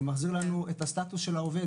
הוא מחזיר לנו את הסטטוס של העובד,